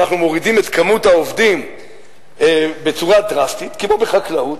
מורידים את כמות העובדים בצורה דרסטית,